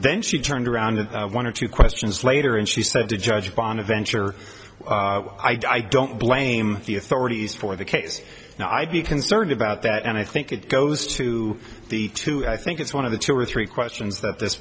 then she turned around one or two questions later and she said to judge bonaventure i don't blame the authorities for the case now i'd be concerned about that and i think it goes to the two i think it's one of the two or three questions that this